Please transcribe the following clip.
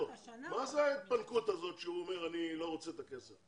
מה זה ההתפנקות הזאת שהוא אומר אני לא רוצה את הכסף?